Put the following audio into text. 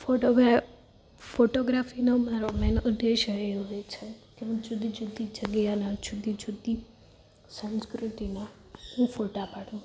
photo વે ફોટોગ્રાફીનો મારો મેન ઉદ્દેશ્ય એ હોય છે કે હું જુદી જુદી જગ્યાના જુદી જુદી સંસ્કૃતિના હું ફોટા પાડું